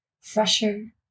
fresher